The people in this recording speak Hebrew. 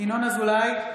ינון אזולאי,